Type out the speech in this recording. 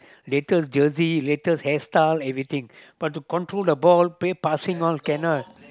latest jersey latest hairstyle everything but to control the ball play passing all cannot